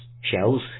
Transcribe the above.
shells